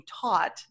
taught